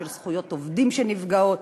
של זכויות עובדים שנפגעות.